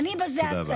תודה רבה.